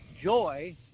joy